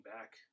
back